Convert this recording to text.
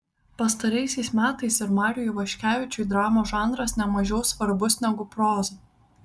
pastaraisiais metais ir mariui ivaškevičiui dramos žanras ne mažiau svarbus negu proza